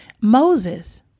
Moses